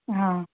हा